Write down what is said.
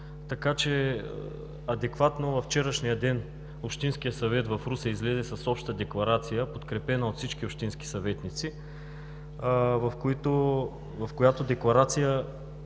важност. Адекватно вчерашния ден Общинският съвет в Русе излезе с обща декларация, подкрепена от всички общински съветници, в която следва